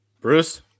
Bruce